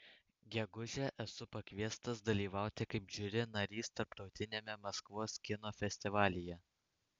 gegužę esu pakviestas dalyvauti kaip žiuri narys tarptautiniame maskvos kino festivalyje